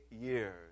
years